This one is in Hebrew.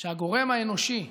שהגורם האנושי,